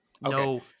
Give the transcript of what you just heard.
No